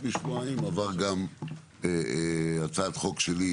עברה גם הצעת חוק שלי,